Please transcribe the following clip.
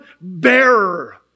bearer